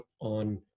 on